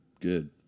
good